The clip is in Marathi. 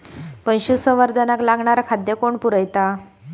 पशुसंवर्धनाक लागणारा खादय कोण पुरयता?